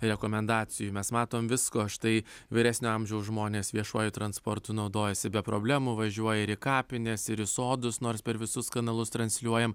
rekomendacijų mes matom visko štai vyresnio amžiaus žmonės viešuoju transportu naudojasi be problemų važiuoja ir į kapines ir į sodus nors per visus kanalus transliuojam